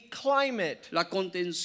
climate